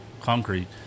concrete